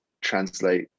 translate